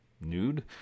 nude